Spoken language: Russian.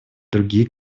другие